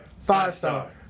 five-star